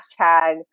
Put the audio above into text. hashtag